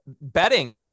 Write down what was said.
Betting